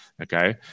Okay